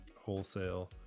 Wholesale